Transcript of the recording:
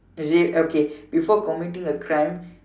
that's it okay before committing a crime